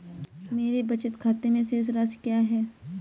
मेरे बचत खाते में शेष राशि क्या है?